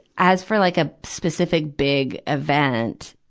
as for like a specific big event,